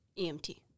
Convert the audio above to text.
EMT